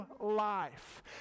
life